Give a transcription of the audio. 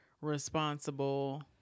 responsible